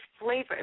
flavored